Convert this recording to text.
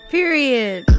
Period